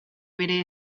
bere